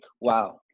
Wow